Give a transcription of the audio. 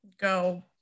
go